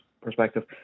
perspective